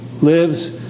lives